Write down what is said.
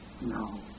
No